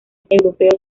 europeo